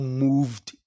moved